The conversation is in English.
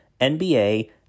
NBA